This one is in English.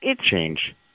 change